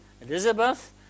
Elizabeth